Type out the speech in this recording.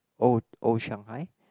old old Shanghai